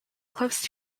close